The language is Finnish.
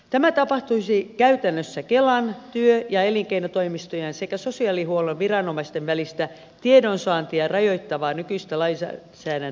tämä tapahtuisi käytännössä kelan työ ja elinkeinotoimistojen sekä sosiaalihuollon viranomaisten välistä tiedonsaantia rajoittavaa nykyistä lainsäädäntöä muuttamalla